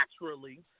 naturally